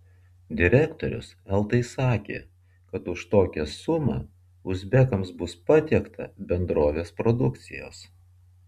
direktorius eltai sakė kad už tokią sumą uzbekams bus patiekta bendrovės produkcijos